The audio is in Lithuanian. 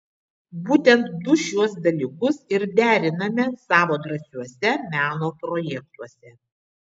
būtent du šiuos dalykus ir deriname savo drąsiuose meno projektuose